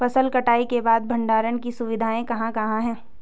फसल कटाई के बाद भंडारण की सुविधाएं कहाँ कहाँ हैं?